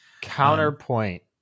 counterpoint